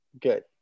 Good